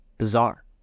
bizarre